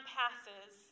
passes